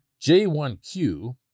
J1Q